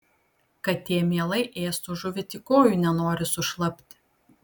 katė mielai ėstų žuvį tik kojų nenori sušlapti